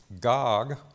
Gog